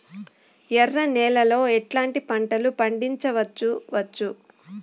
ఎర్ర నేలలో ఎట్లాంటి పంట లు పండించవచ్చు వచ్చు?